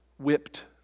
whipped